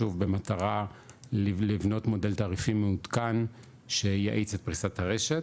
שוב במטרה לבנות מודל תעריפים מעודכן שיאיץ את פריסת הרשת.